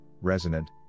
resonant